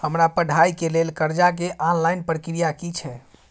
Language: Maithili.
हमरा पढ़ाई के लेल कर्जा के ऑनलाइन प्रक्रिया की छै?